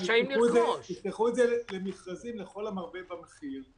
כך שיפתחו את זה למכרזים לכל המרבה במחיר,